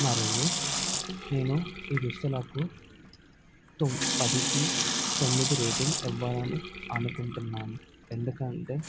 మరియు నేను ఈ దుస్తులకు తొమ్ పదికి తొమ్మిది రేటింగ్ ఇవ్వాలని అనుకుంటున్నాను ఎందుకంటే